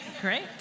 great